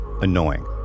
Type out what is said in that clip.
annoying